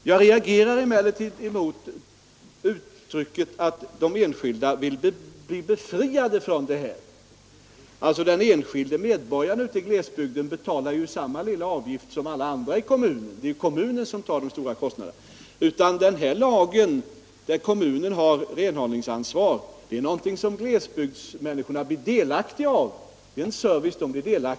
Jag reagerar emellertid mot uttrycket att de enskilda vill bli befriade från detta. Den enskilde medborgaren i glesbygden betalar ju samma lilla avgift som alla andra i kommunen — det är kommunen som tar de stora kostnaderna. Genom den här lagen, som ger kommunerna renhållningsansvaret, blir glesbygdsinvånarna delaktiga av denna service.